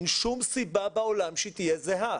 אין שום סיבה בעולם שהיא תהיה זהה.